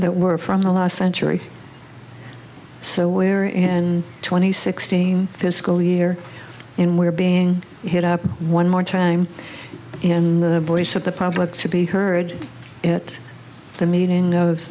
that were from the last century so where and twenty sixteen fiscal year and we're being hit up one more time in the voice of the public to be heard at the meeting of